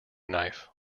knife